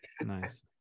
nice